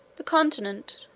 the continent,